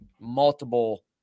multiple